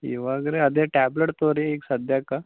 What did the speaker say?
ಇವಾಗ ರೀ ಅದೇ ಟ್ಯಾಬ್ಲೇಟ್ ತಗೊಳಿ ಈಗ ಸದ್ಯಕ್ಕೆ